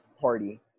party